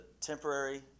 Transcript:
temporary